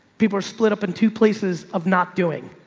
people are split up in two places of not doing.